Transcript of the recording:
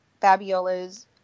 Fabiola's